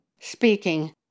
speaking